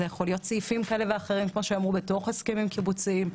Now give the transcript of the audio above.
סעיפים כאלה ואחרים בהסכמים קיבוציים,